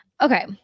Okay